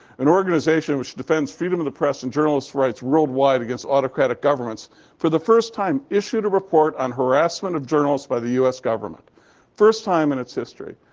an organization which defends freedom of the press and journalists' rights worldwide against autocratic governments for the first time issued a report on harassment of journalists by the us government first time in its history.